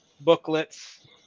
booklets